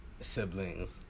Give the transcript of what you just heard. siblings